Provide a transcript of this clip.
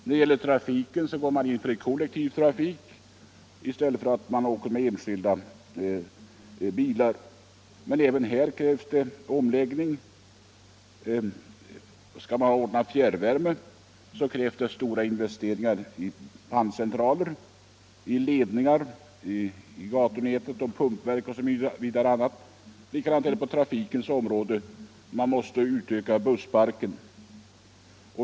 När det gäller trafiken går man in för kollektiv trafik i stället för enskilda bilresor. Men även på detta område krävs det omläggningar. Skall man ordna fjärrvärme krävs stora investeringar i panncentraler, ledningar i gatunätet och pumpverk osv. Likadant är det på trafikens område. Man måste t.ex. utöka bussparken.